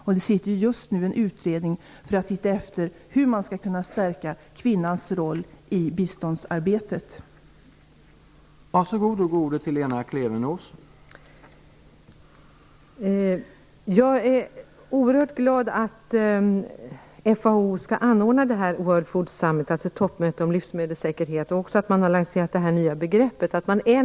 Just nu sitter en utredning som har i uppgift att se hur kvinnans roll i biståndsarbetet kan stärkas.